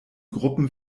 gruppen